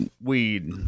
weed